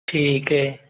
ठीक है